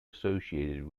associated